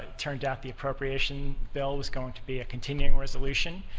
turned out the appropriation bill was going to be a continuing resolution,